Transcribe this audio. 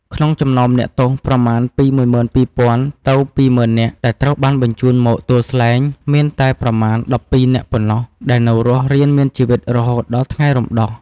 ក្នុងចំណោមអ្នកទោសប្រមាណពី ១២០០០ ទៅ ២០០០០ នាក់ ដែលត្រូវបានបញ្ជូនមកទួលស្លែង មានតែប្រមាណ ១២ នាក់ប៉ុណ្ណោះដែលនៅរស់រានមានជីវិតរហូតដល់ថ្ងៃរំដោះ។